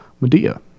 Medea